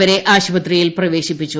ഇവരെ ആശുപത്രിയിൽ പ്രവേശിപ്പിച്ചു